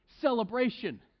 Celebration